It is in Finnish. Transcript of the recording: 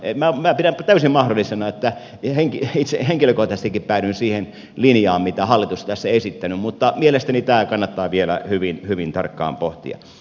minä pidän täysin mahdollisena että itse henkilökohtaisestikin päädyn siihen linjaan mitä hallitus on tässä esittänyt mutta mielestäni tämä kannattaa vielä hyvin tarkkaan pohtia